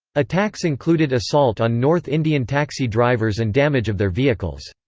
attacks included assault on north indian taxi drivers and damage of their vehicles.